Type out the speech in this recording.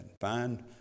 Find